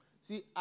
See